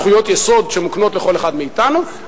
זכויות יסוד שמוקנות לכל אחד מאתנו,